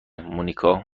مونیکا